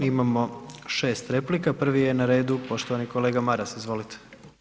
Imamo 6 replika, prvi je na redu poštovani kolega Maras, izvolite.